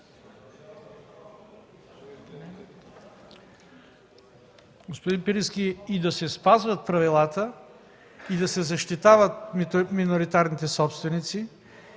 Господин Пирински, и да се спазват правилата, и да се защитават миноритарните собственици,